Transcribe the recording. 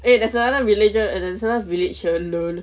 eh there's another villager eh there's another village here lol